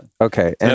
Okay